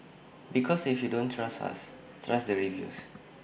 because if you don't trust us trust the reviews